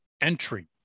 entry